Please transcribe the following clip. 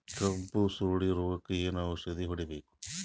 ಕಬ್ಬು ಸುರಳೀರೋಗಕ ಏನು ಔಷಧಿ ಹೋಡಿಬೇಕು?